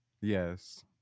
Yes